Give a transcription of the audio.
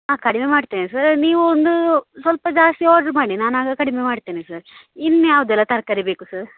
ಹಾಂ ಕಡಿಮೆ ಮಾಡ್ತೇನೆ ಸರ್ ನೀವು ಒಂದು ಸ್ವಲ್ಪ ಜಾಸ್ತಿ ಆರ್ಡ್ರ್ ಮಾಡಿ ನಾನು ಆಗ ಕಡಿಮೆ ಮಾಡ್ತೇನೆ ಸರ್ ಇನ್ಯಾವುದೆಲ್ಲ ತರಕಾರಿ ಬೇಕು ಸರ್